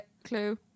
clue